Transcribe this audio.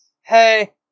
hey